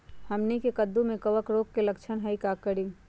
हमनी के कददु में कवक रोग के लक्षण हई का करी?